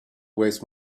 waste